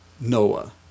Noah